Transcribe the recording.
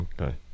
okay